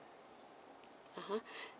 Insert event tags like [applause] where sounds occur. (uh huh) [breath]